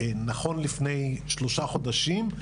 נכון לפני שלושה חודשים,